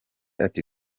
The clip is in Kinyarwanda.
ati